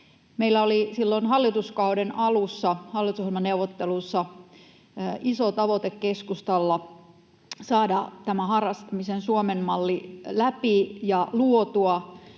Meillä oli silloin hallituskauden alussa hallitusohjelmaneuvotteluissa iso tavoite keskustalla saada tämä harrastamisen Suomen malli läpi ja luotua.